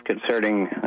concerning